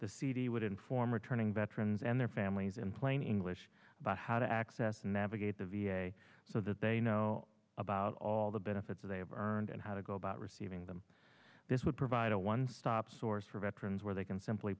the cd would inform returning veterans and their families in plain english about how to access navigate the v a so that they know about all the benefits they have earned and how to go about receiving them this would provide a one stop source for veterans where they can simply